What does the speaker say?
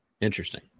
Interesting